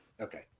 okay